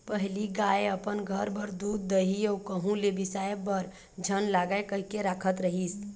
पहिली गाय अपन घर बर दूद, दही अउ कहूँ ले बिसाय बर झन लागय कहिके राखत रिहिस